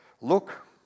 look